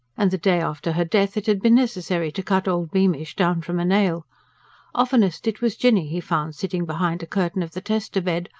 and the day after her death it had been necessary to cut old beamish down from a nail oftenest it was jinny he found sitting behind a curtain of the tester-bed,